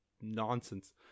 nonsense